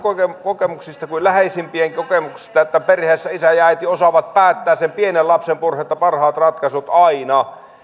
kokemuksesta kuin läheisimpien kokemuksesta että perheessä isä ja äiti osaavat päättää sen pienen lapsen puolesta parhaat ratkaisut aina